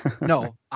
No